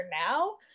now